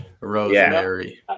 Rosemary